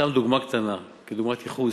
סתם דוגמה קטנה, כדוגמת ייחוס,